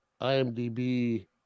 IMDb